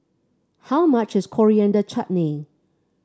how much is Coriander Chutney